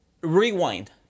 rewind